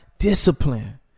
discipline